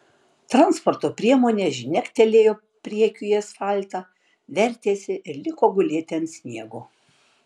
transporto priemonė žnektelėjo priekiu į asfaltą vertėsi ir liko gulėti ant stogo